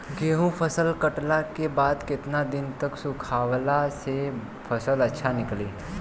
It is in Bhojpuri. गेंहू फसल कटला के बाद केतना दिन तक सुखावला से फसल अच्छा निकली?